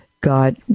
God